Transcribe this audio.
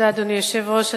אדוני היושב-ראש,